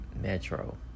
Metro